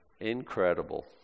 Incredible